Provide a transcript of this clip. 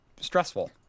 stressful